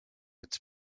its